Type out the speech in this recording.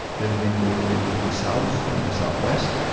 then they moved into the south and the southwest,